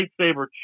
lightsaber